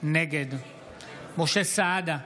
נגד משה סעדה,